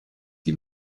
die